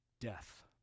death